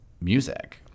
music